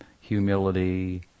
humility